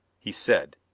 he said,